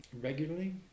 regularly